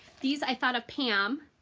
these i thought of pam.